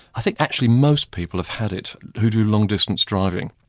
i think actually most people have had it who do long distance driving.